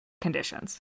conditions